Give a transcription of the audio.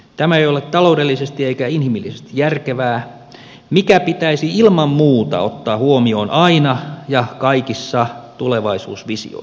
tämä ei ole taloudellisesti eikä inhimillisesti järkevää mikä pitäisi ilman muuta ottaa huomioon aina ja kaikissa tulevaisuusvisioissa